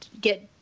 get